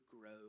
grow